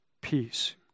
peace